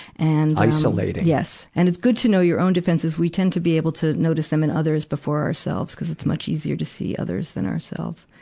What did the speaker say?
and isolating. yes. and it's good to know your own defenses. we tend to be able to notice them in others before ourselves, cuz it's much easier to see others than ourselves.